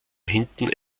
hinten